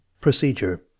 Procedure